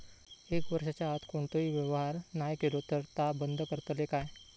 एक वर्षाच्या आत कोणतोही व्यवहार नाय केलो तर ता बंद करतले काय?